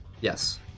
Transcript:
Yes